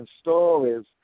stories